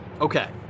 Okay